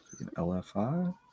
LFI